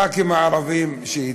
הח"כים הערבים שאתי.